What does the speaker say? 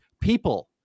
people